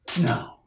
No